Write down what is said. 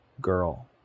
girl